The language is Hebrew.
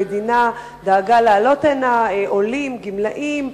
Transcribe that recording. המדינה דאגה להעלות הנה עולים, גמלאים,